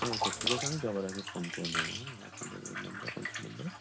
আচ্ছা ঠিক আছে আমি যাবার আগে ফোন করে নেব অসুবিধা নেই এই নাম্বার কনট্যাক্ট নাম্বার